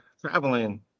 traveling